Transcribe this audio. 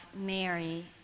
Mary